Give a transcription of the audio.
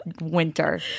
winter